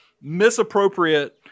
misappropriate